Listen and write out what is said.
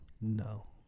no